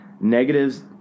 negatives